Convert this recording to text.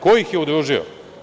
Ko ih je udružio?